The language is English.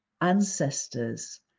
ancestors